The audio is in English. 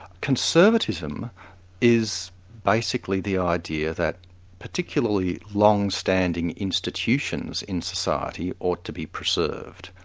conservatism is basically the idea that particularly long-standing institutions in society ought to be preserved.